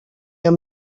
amb